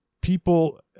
people